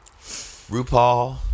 RuPaul